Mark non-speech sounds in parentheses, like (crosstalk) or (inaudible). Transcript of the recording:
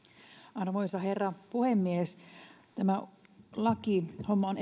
arvoisa herra puhemies tämä lakihomma on (unintelligible)